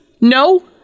No